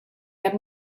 cap